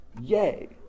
Yay